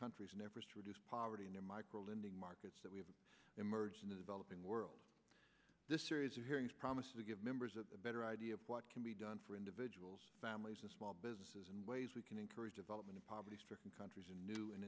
just poverty in their micro lending markets that we have emerged in the developing world this series of hearings promise to give members of the better idea of what can be done for individuals families and small businesses in ways we can encourage development in poverty stricken countries in new and